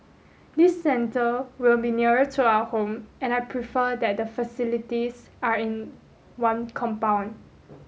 this centre will be nearer to our home and I prefer that the facilities are in one compound